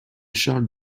charles